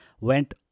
went